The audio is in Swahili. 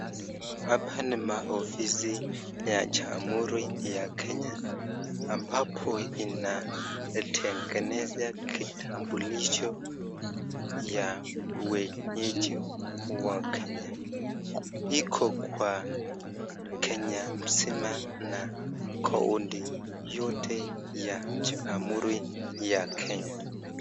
Hapa ni maofisi ya jamuhuri ya Kenya, ambapo inatengeneza kitambulisho ya wenyeji wa Kenya. Iko kwa Kenya mzima na kaunti yote ya ya jamuhuri ya Kenya.